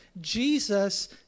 Jesus